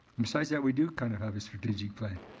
besides that, we do kind of have a strategic plan.